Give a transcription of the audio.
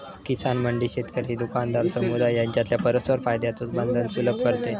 किसान मंडी शेतकरी, दुकानदार, समुदाय यांच्यातील परस्पर फायद्याचे बंधन सुलभ करते